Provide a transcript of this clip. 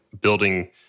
building